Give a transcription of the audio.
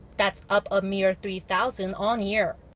that's up a mere three-thousand on-year.